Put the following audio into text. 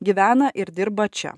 gyvena ir dirba čia